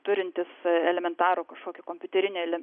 turintis elementarų kažkokį kompiuterinį